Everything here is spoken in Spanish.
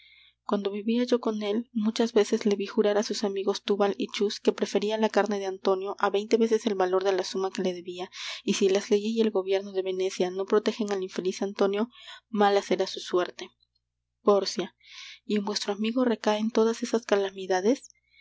cuando vivia yo con él muchas veces le ví jurar á sus amigos túbal y chus que preferia la carne de antonio á veinte veces el valor de la suma que le debia y si las leyes y el gobierno de venecia no protegen al infeliz antonio mala será su suerte pórcia y en vuestro amigo recaen todas esas calamidades